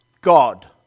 God